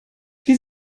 wir